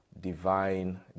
divine